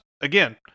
again